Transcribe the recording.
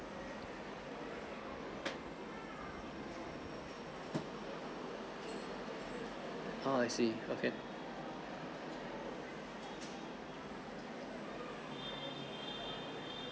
oh I see okay